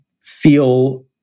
feel